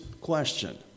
question